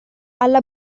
alla